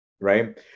Right